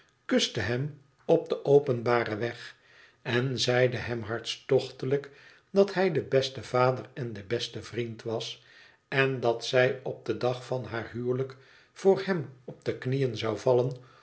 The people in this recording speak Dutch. kuste hem op den openbaren weg en zeide hem hartstochtelijk dat hij de beste vader en de beste vriend was en dat zij op den dag van haar huwelijk voor hem op de knieën zou vallen